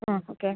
ആ ഓക്കെ